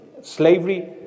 slavery